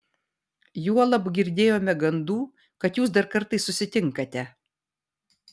juolab girdėjome gandų kad jūs dar kartais susitinkate